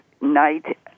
night